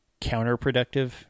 counterproductive